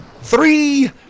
three